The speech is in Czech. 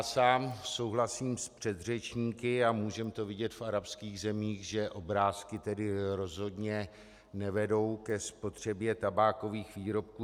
Sám souhlasím s předřečníky a můžeme to vidět v arabských zemích , že obrázky tedy rozhodně nevedou ke spotřebě tabákových výrobků.